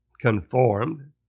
conformed